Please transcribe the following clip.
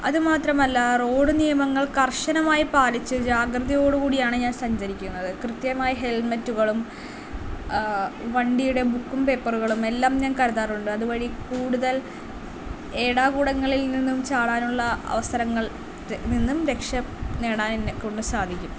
അതുമാത്രമല്ല റോഡ് നിയമങ്ങൾ കർഷനമായി പാലിച്ച് ജാഗൃതയോട് കൂടിയാണ് ഞാൻ സഞ്ചരിക്കുന്നത് കൃത്യമായി ഹെൽമെറ്റുകളും വണ്ടിയുടെ ബുക്കും പേപ്പറുകളും എല്ലാം ഞാൻ കരുതാറുണ്ട് അതുവഴി കൂടുതൽ ഏടാകൂടങ്ങളിൽ നിന്നും ചാടാനുള്ള അവസരങ്ങൾ നിന്നും രക്ഷ നേടാൻ എന്നെ കൊണ്ട് സാധിക്കും